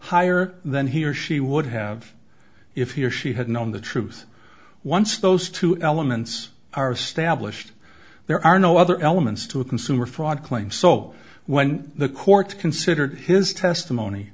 higher than he or she would have if he or she had known the truth once those two elements are stablished there are no other elements to a consumer fraud claim so when the court considered his testimony